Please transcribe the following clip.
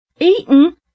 Eaten